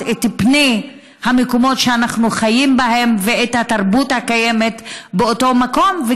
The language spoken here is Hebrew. את פני המקומות שאנחנו חיים בהם ואת התרבות הקיימת באותו מקום,